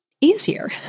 easier